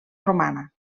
romana